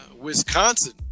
Wisconsin